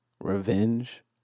Revenge